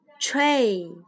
tray